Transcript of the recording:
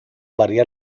variar